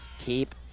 keep